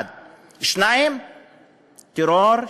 1. 2. טרור,